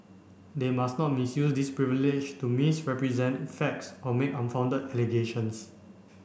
they must not misuse this privilege to misrepresent facts or make unfounded allegations